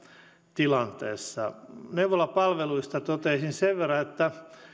tilanteessa neuvolapalveluista toteaisin sen verran että